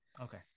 Okay